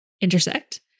intersect